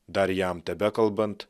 dar jam tebekalbant